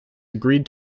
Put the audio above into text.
agreed